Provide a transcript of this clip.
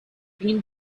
been